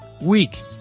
week